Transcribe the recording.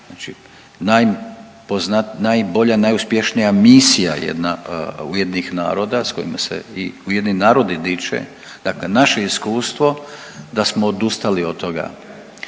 najbolja i najuspješnija misija jedna UN-a s kojima se i UN diče, dakle naše iskustvo da smo odustali od toga.